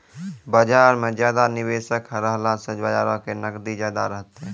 बजार मे ज्यादा निबेशक रहला से बजारो के नगदी ज्यादा रहतै